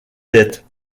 dettes